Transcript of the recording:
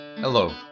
Hello